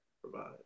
provide